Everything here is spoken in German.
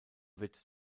wird